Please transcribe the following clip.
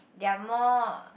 their more